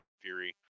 fury